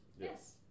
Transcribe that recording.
Yes